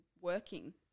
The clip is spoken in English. working